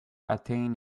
attain